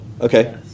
okay